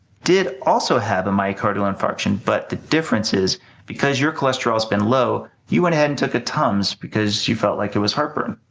did also have a myocardial infarction, but the difference is because your cholesterol has been low, you went ahead and took a tums because you felt like it was heartburn,